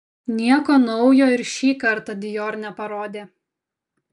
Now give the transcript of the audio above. nieko naujo ir šį kartą dior neparodė